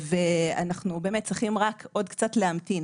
אנחנו צריכים רק עוד קצת להמתין.